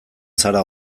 zara